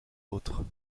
autres